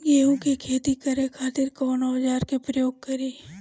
गेहूं के खेती करे खातिर कवन औजार के प्रयोग करी?